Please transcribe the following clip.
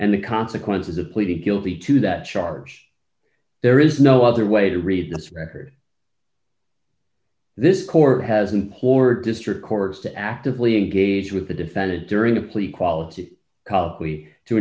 and the consequences of pleaded guilty to that charge there is no other way to read this record this court hasn't poor district courts to actively engage with the defendant during the plea quality co